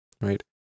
right